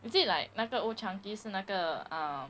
is it like 那个 old chang kee 是那个 ah